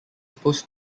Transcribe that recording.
post